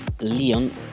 Leon